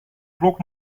klok